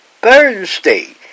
Thursday